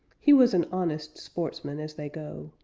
he was an honest sportsman, as they go.